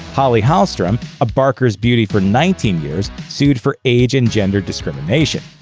holly hallstrom, a barker's beauty for nineteen years, sued for age and gender discrimination.